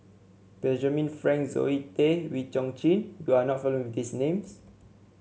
Benjamin Frank Zoe Tay and Wee Chong Jin you are not familiar with these names